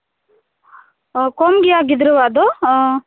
ᱠᱚᱢ ᱜᱮᱭᱟ ᱜᱤᱫᱽᱨᱟᱹᱣᱟᱜ ᱫᱚ